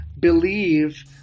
Believe